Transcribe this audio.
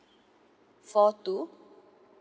four two